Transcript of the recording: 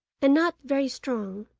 and not very strong,